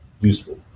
useful